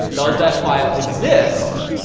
does that file exist,